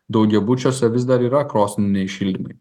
daugiabučiuose vis dar yra krosniniai šildymai